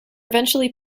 eventually